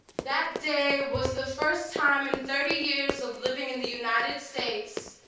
that day was the first time in thirty years of living in the united states,